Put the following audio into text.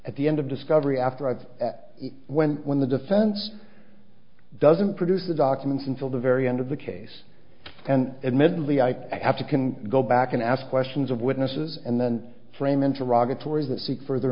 at the end of discovery afterwards when when the defense doesn't produce the documents until the very end of the case and admittedly i have to can go back and ask questions of witnesses and then f